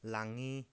লাঙি